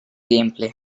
gameplay